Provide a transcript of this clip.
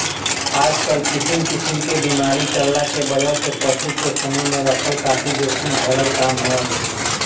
आजकल किसिम किसिम क बीमारी चलला के वजह से पशु के समूह में रखल काफी जोखिम भरल काम ह